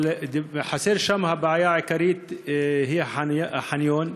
אבל חסר שם, הבעיה העיקרית היא החניון,